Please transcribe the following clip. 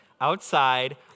outside